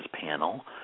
panel